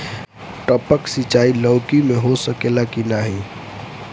टपक सिंचाई लौकी में हो सकेला की नाही?